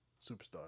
Superstar